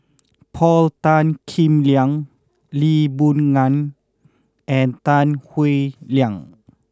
Paul Tan Kim Liang Lee Boon Ngan and Tan Howe Liang